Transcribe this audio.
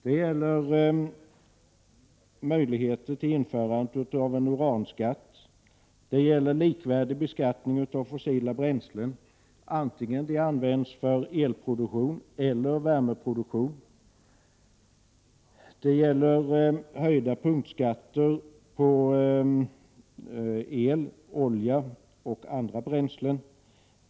Det gäller möjligheter till införande av en uranskatt. Det gäller likvärdig beskattning av fossila bränslen, vare sig de används för elproduktion eller värmeproduktion. Det gäller höjda punktskatter på el, olja och andra bränslen.